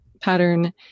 pattern